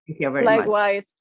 Likewise